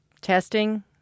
testing